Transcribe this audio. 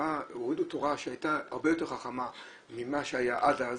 כשהורידו תורה שהייתה הרבה יותר חכמה ממה שהיה עד אז,